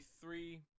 three